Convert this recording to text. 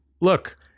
Look